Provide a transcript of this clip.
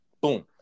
Boom